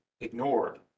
ignored